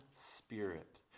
spirit